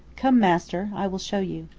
come, master, i will show you.